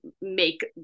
make